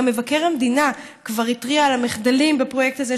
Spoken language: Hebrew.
גם מבקר המדינה כבר התריע על המחדלים בפרויקט הזה,